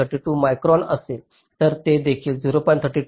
32 micron असेल तर ते देखील 0